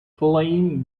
claim